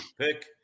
pick